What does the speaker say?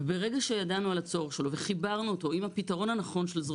וברגע שידענו על הצורך שלו וחיברנו אותו עם הפתרון הנכון של זרוע